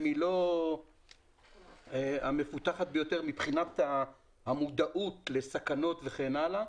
היא לא המפותחת ביותר מבחינת המודעות לסכנות וכן הלאה.